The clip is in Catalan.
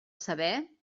saber